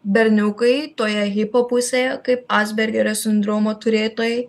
berniukai toje hipo pusėje kaip azbergerio sindromo turėtojai